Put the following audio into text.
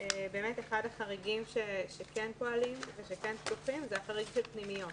אחד החריגים שכן פועלים וכן פתוחים הוא החריג של פנימיות.